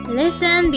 listen